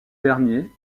dernier